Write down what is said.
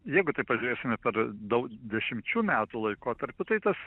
jeigu taip pažiūrėsime per daug dešimčių metų laikotarpiu tai tas